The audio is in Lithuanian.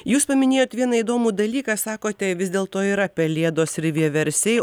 jūs paminėjot vieną įdomų dalyką sakote vis dėlto yra pelėdos ir vieversiai